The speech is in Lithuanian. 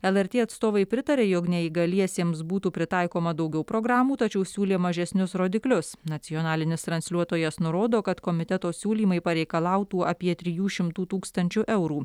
lrt atstovai pritarė jog neįgaliesiems būtų pritaikoma daugiau programų tačiau siūlė mažesnius rodiklius nacionalinis transliuotojas nurodo kad komiteto siūlymai pareikalautų apie trijų šimtų tūkstančių eurų